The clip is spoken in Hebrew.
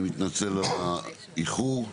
אני מתנצל על האיחור.